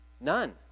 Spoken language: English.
None